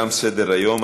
תם סדר-היום.